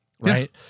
Right